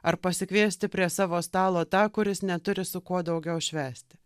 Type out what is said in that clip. ar pasikviesti prie savo stalo tą kuris neturi su kuo daugiau švęsti